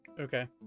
Okay